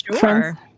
sure